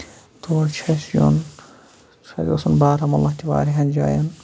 تور چھُ اَسہِ یُن چھُ اَسہِ گژھُن بارامولہ تہِ واریاہن جاین